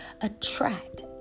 attract